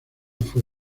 fue